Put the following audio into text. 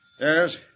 Yes